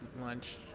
lunch